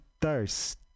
thirst